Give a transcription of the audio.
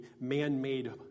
man-made